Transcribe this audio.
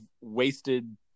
wasted